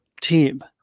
team